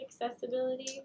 accessibility